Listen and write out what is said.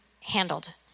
handled